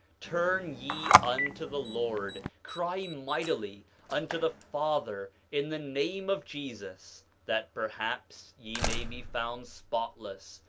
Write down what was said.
turn ye unto the lord cry mightily unto the father in the name of jesus, that perhaps ye may be found spotless,